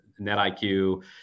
NetIQ